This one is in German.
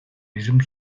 diesem